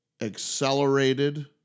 accelerated